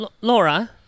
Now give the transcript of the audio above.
Laura